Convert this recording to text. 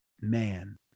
man